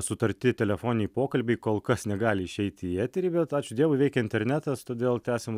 sutarti telefoniniai pokalbiai kol kas negali išeiti į eterį bet ačiū dievui veikia internetas todėl tęsiam